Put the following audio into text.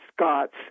Scots